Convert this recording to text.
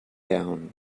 down